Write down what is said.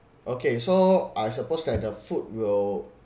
okay so I suppose that the food will